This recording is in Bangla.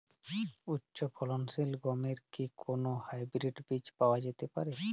উচ্চ ফলনশীল গমের কি কোন হাইব্রীড বীজ পাওয়া যেতে পারে?